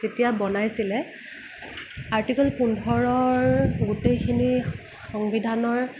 কেতিয়া বনাইছিলে আৰ্টিকল পোন্ধৰৰ গোটেইখিনি সংবিধানৰ